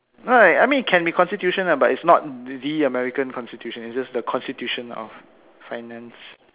no uh I mean can be constitution lah but its not the american constitution it's just the constitution of finance